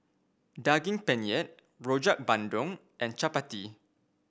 Daging Penyet Rojak Bandung and chappati